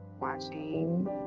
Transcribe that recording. watching